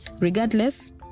regardless